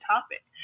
topic